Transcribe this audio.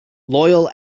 loyal